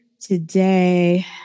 today